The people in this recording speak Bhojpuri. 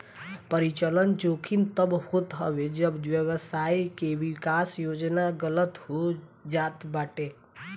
परिचलन जोखिम तब होत हवे जब व्यवसाय के विकास योजना गलत हो जात बाटे